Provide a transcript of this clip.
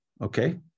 okay